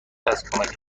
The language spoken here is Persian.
هست، کمک